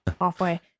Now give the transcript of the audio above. Halfway